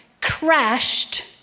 crashed